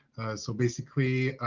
so, basically,